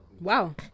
Wow